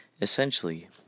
Essentially